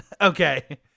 Okay